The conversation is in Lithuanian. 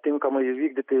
tinkamai įvykdyti